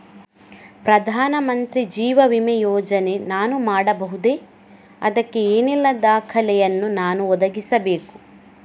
ಪ್ರಧಾನ ಮಂತ್ರಿ ಜೀವ ವಿಮೆ ಯೋಜನೆ ನಾನು ಮಾಡಬಹುದೇ, ಅದಕ್ಕೆ ಏನೆಲ್ಲ ದಾಖಲೆ ಯನ್ನು ನಾನು ಒದಗಿಸಬೇಕು?